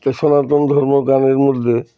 সনাতন ধর্ম গানের মধ্যে